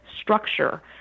structure